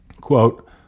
quote